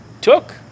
took